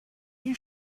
you